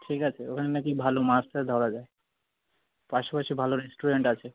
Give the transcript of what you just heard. ঠিক আছে ওখানে নাকি ভালো মাছ টাছ ধরা যায় পাশাপাশি ভালো রেস্টুরেন্ট আছে